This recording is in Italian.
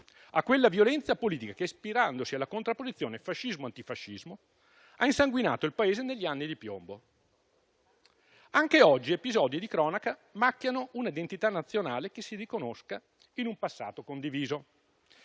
a quella violenza politica che, ispirandosi alla contrapposizione tra fascismo e antifascismo, ha insanguinato il Paese negli anni di piombo. Anche oggi episodi di cronaca macchiano una identità nazionale che si riconosca in un passato condiviso.